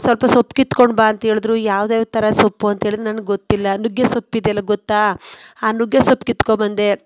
ಸ್ವಲ್ಪ ಸೊಪ್ಪು ಕಿತ್ಕೊಂಡು ಬಾ ಅಂಥೇಳಿದ್ರು ಯಾವುದ್ಯಾವ್ದು ಥರದ ಸೊಪ್ಪು ಅಂಥೇಳಿ ನನ್ಗೆ ಗೊತ್ತಿಲ್ಲ ನುಗ್ಗೆಸೊಪ್ಪು ಇದೆಯಲ್ಲ ಗೊತ್ತಾ ಆ ನುಗ್ಗೆಸೊಪ್ಪು ಕಿತ್ಕೊಂಡು ಬಂದೆ